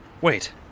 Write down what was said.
Wait